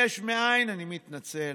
מאין, אני מתנצל.